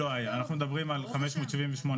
אנחנו מדברים על 578